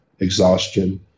exhaustion